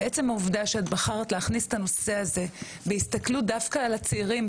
ועצם העובדה שאת בחרת להכניס את הנושא הזה בהסתכלות דווקא על הצעירים,